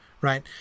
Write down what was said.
right